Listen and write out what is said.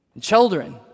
Children